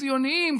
ציוניים,